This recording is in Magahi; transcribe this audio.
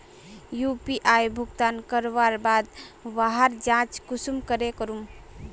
यु.पी.आई भुगतान करवार बाद वहार जाँच कुंसम करे करूम?